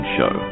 Show